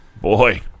Boy